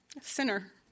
sinner